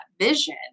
vision